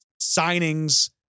signings